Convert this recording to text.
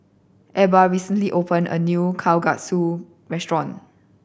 Ebba recently opened a new Kalguksu restaurant